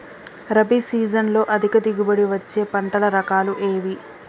రబీ సీజన్లో అధిక దిగుబడి వచ్చే పంటల రకాలు ఏవి?